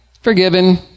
forgiven